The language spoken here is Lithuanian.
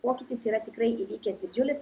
pokytis yra tikrai įvykęs didžiulis